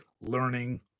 learning